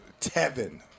Tevin